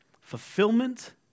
fulfillment